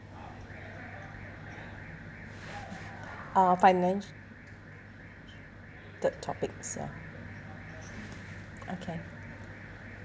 uh finance third topics ah okay